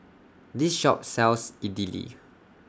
This Shop sells Idili